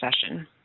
session